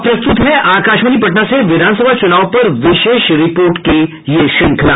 अब प्रस्तुत है आकाशवाणी पटना से विधानसभा चुनाव पर विशेष रिपोर्ट की श्रृंखला